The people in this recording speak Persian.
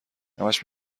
همش